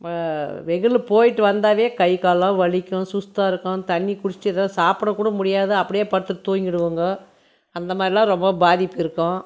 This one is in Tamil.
வெயில்ல போய்ட்டு வந்தாவே கை கால்லாம் வலிக்கும் சுஸ்தாக இருக்கும் தண்ணி குடிச்சுட்டு ஏதா சாப்பிட கூட முடியாது அப்படியே படுத்து தூங்கிடுவோங்க அந்த மாதிரிலாம் ரொம்ப பாதிப்பு இருக்கும்